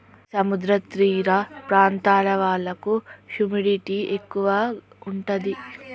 సముద్ర తీర ప్రాంతాల వాళ్లకు హ్యూమిడిటీ ఎక్కువ ఉంటది